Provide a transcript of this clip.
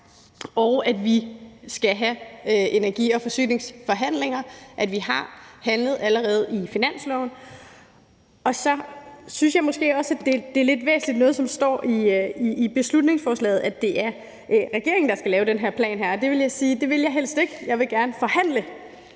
og at vi skal have energi- og forsyningsforhandlinger, at vi allerede har handlet i finansloven. Så synes jeg måske også, at noget af det, der står i beslutningsforslaget, er væsentligt, nemlig at det er regeringen, der skal lave den her plan, og til det vil jeg sige, at det vil jeg helst ikke have, for jeg vil gerne forhandle